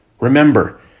Remember